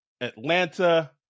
Atlanta